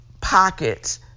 pockets